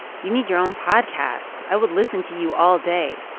you need your own podcast. i would listen to you all day.